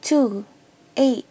two eight